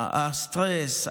הסטרס,